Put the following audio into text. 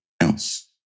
else